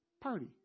party